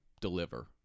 deliver